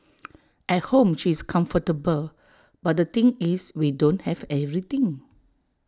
at home she's comfortable but the thing is we don't have everything